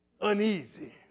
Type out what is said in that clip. uneasy